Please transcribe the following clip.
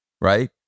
right